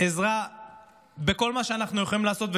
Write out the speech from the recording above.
עזרה בכל מה שאנו יכולים לעשות,